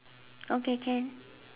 okay can